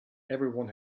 everyone